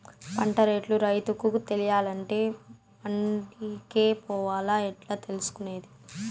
పంట రేట్లు రైతుకు తెలియాలంటే మండి కే పోవాలా? ఎట్లా తెలుసుకొనేది?